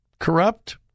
corrupt